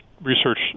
research